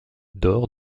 d’or